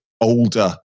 older